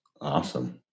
Awesome